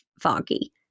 foggy